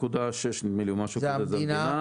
31.6 נדמה לי או משהו כזה זה המדינה.